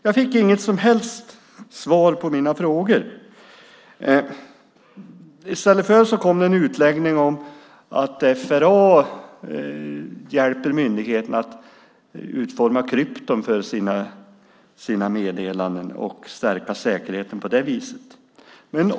Jag fick inget som helst svar på mina frågor. I stället kom en utläggning om att FRA hjälper myndigheterna att utforma krypton för deras meddelanden för att på det viset stärka säkerheten.